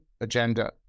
agenda